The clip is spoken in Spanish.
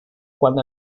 cuando